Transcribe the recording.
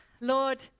Lord